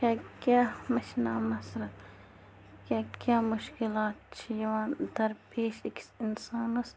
یا کیٛاہ مےٚ چھِ ناو نصرت یا کیاہ مُشکِلات چھِ یِوان درپیش أکِس اِنسانَس